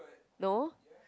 no